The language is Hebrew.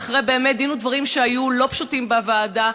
ואחרי באמת דין ודברים לא פשוט שהיה בוועדה,